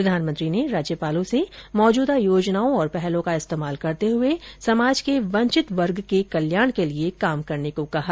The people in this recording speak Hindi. प्रधानमंत्री ने राज्यपालों से मौजूदा योजनाओं और पहलों का इस्तेमाल करते हुए समाज के वंचित वर्ग के कल्याण के लिए काम करने का आग्रह किया